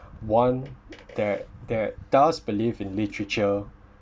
one that that does believe in literature